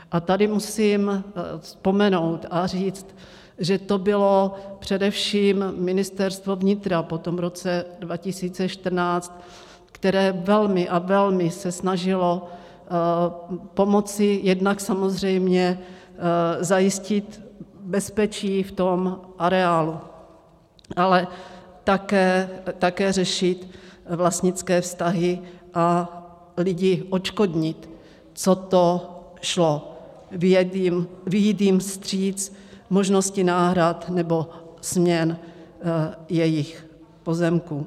A tady musím vzpomenout a říct, že to bylo především Ministerstvo vnitra po roce 2014, které velmi a velmi se snažilo pomoci, jednak samozřejmě zajistit bezpečí v tom reálu, ale také řešit vlastnické vztahy a lidi odškodnit, co to šlo, vyjít jim vstříc v možnosti náhrad nebo směn jejich pozemků.